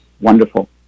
Wonderful